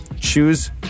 Choose